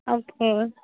okay